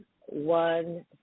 one